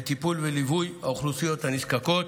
בטיפול וליווי לאוכלוסיות הנזקקות